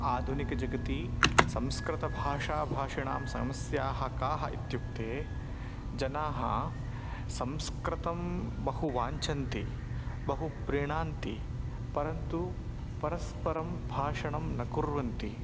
आधुनिकजगति संस्कृतभाषा भाषिणां समस्याः काः इत्युक्ते जनाः संस्कृतं बहु वाञ्छन्ति बहु प्रीणान्ति परन्तु परस्परं भाषणं न कुर्वन्ति